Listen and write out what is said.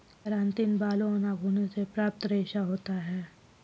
keratin बालों और नाखूनों से प्राप्त रेशा होता है